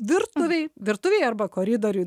virtuvėj virtuvėj arba koridoriuj